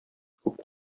күп